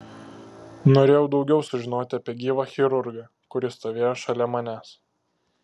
norėjau daugiau sužinoti apie gyvą chirurgą kuris stovėjo šalia manęs